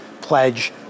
pledge